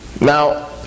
Now